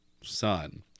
son